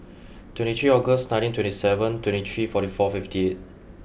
twenty three August nineteen twenty seven twenty three forty four fifty eight